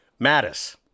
Mattis